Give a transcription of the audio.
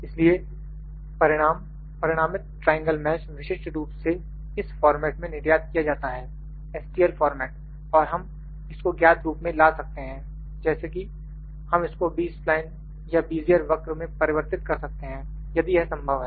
इसलिए परिणामित triangle mesh विशिष्ट रूप से इस फ़ॉर्मेट में निर्यात किया जाता है stl फ़ॉर्मेट और हम इसको ज्ञात रूप में ला सकते हैं जैसे कि हम इसको B स्पलाइन या बीजीयर वक्र में परिवर्तित कर सकते हैं यदि यह संभव है